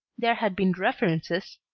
there had been references,